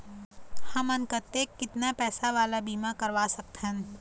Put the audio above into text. हमन कतेक कितना पैसा वाला बीमा करवा सकथन?